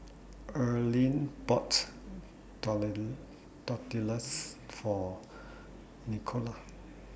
Earline boughts taller Tortillas For Nikole